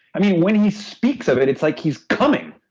i mean, when he speaks of it it's like he's coming,